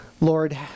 Lord